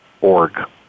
org